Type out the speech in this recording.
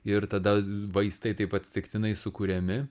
ir tada vaistai taip atsitiktinai sukuriami